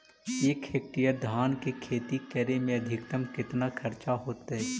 एक हेक्टेयर धान के खेती करे में अधिकतम केतना खर्चा होतइ?